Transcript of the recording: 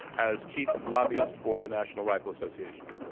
as chief lobbyist for the national rifle association.